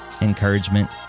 encouragement